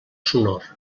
sonor